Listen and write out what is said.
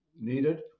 needed